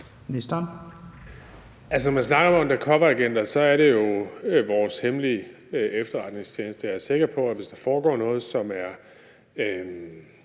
Bek): Altså, når man snakker om undercoveragenter, er det jo vores hemmelige efterretningstjeneste. Jeg er sikker på, at hvis der foregår noget, som har